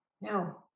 No